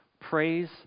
praise